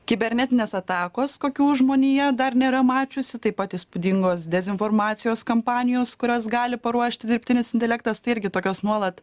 kibernetinės atakos kokių žmonija dar nėra mačiusi taip pat įspūdingos dezinformacijos kampanijos kurias gali paruošti dirbtinis intelektas tai irgi tokios nuolat